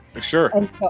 Sure